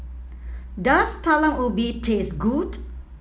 does Talam Ubi taste good